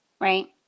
Right